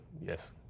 Yes